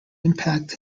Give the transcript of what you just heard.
impact